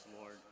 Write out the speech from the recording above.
Lord